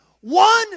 one